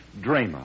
drama